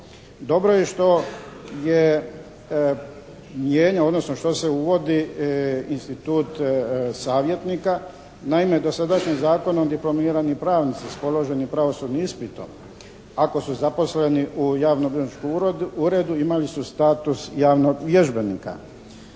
odnosno što se uvodi institut savjetnika. Naime, dosadašnjim zakonom diplomirani pravnici s položenim pravosudnim ispitom ako su zaposleni u javnobilježničkom uredu imali su status javnog vježbenika.